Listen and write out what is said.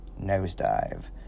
nosedive